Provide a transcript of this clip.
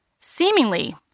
Seemingly